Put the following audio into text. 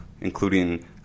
including